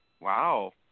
Wow